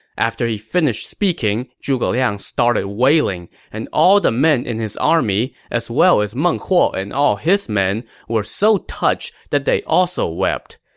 after he finished speaking, yeah he started wailing, and all the men in his army, as well as meng huo and all his men, were so touched that they also wept.